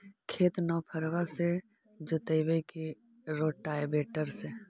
खेत नौफरबा से जोतइबै की रोटावेटर से?